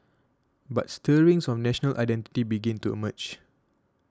but stirrings of national identity began to emerge